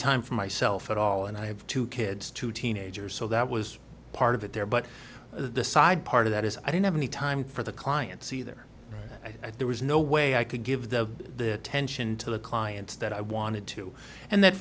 time for myself at all and i have two kids two teenagers so that was part of it there but the side part of that is i didn't have any time for the clients either i thought was no way i could give the the tension to the clients that i wanted to and that